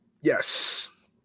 Yes